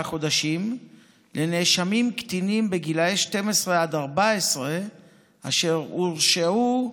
חודשים על נאשמים קטינים בגילאי 12 14 אשר הורשעו,